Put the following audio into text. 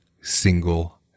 single